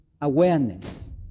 awareness